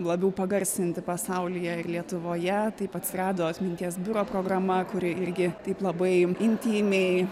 labiau pagarsinti pasaulyje ir lietuvoje taip atsirado atminties biuro programa kuri irgi taip labai intymiai